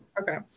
Okay